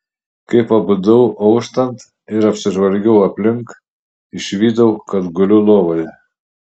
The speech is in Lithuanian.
kai pabudau auštant ir apsižvalgiau aplink išvydau kad guliu lovoje